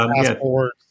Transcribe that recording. passwords